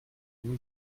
warum